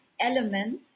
elements